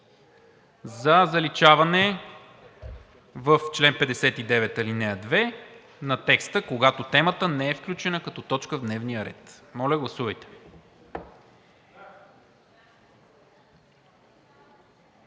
за заличаване в чл. 59, ал. 2 на текста: „когато темата не е включена като точка в дневния ред.“ Моля, гласувайте.